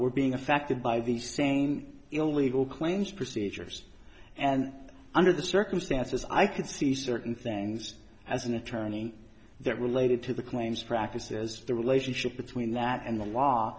were being affected by these saying you know legal claims procedures and under the circumstances i could see certain things as an attorney that related to the claims practices the relationship between that and the law